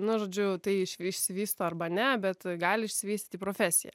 nu žodžiu tai iš išsivysto arba ne bet gali išsivystyt į profesiją